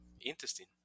Interesting